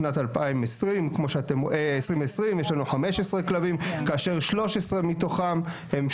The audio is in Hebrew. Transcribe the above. שנת 2020 יש לנו 15 כלבים כאשר 13 מתוכם,